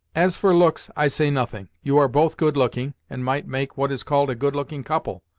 as for looks, i say nothing. you are both good-looking, and might make what is called a good-looking couple.